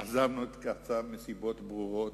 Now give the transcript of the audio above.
עזבנו את קצא"א מסיבות ברורות,